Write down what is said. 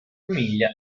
famiglia